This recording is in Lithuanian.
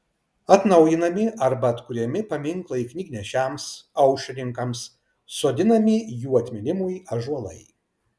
atnaujinami arba atkuriami paminklai knygnešiams aušrininkams sodinami jų atminimui ąžuolai